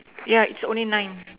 ya it's only nine